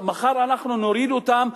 מחר אנחנו נוריד אותן,